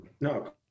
no